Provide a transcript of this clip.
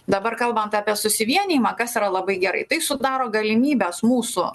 dabar kalbant apie susivienijimą kas yra labai gerai tai sudaro galimybes mūsų